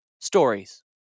stories